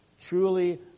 truly